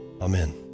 Amen